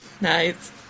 Nice